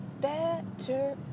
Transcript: better